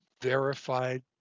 verified